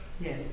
Yes